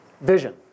Vision